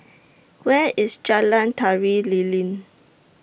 Where IS Jalan Tari Lilin